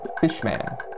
Fishman